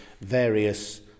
various